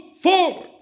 forward